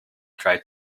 tried